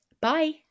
Bye